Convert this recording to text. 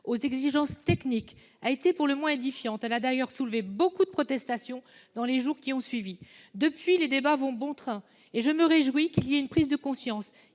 aux exigences techniques de cette gestion, a été édifiante. Elle a d'ailleurs soulevé beaucoup de protestations dans les jours qui ont suivi. Depuis, les débats vont bon train. Je me réjouis qu'il y ait une prise de conscience,